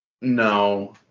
No